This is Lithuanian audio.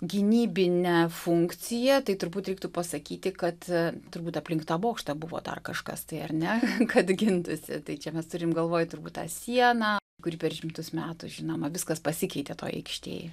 gynybinę funkciją tai turbūt reiktų pasakyti kad turbūt aplink tą bokštą buvo dar kažkas tai ar ne kad gintųsi tai čia mes turim galvoj turbūt tą sieną kuri per šimtus metų žinoma viskas pasikeitė toj aikštėj